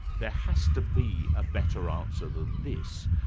there has to be a better answer than this.